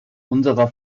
unserer